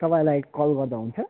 तपाईँलाई कल गर्दा हुन्छ